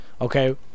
Okay